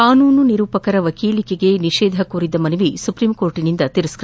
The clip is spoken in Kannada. ಕಾನೂನು ನಿರೂಪಕರ ವಕೀಲಿಕೆಗೆ ನಿಷೇಧ ಕೋರಿದ್ದ ಮನವಿ ಸುಪ್ರೀಂ ಕೋರ್ಟಿನಿಂದ ತಿರಸ್ನತ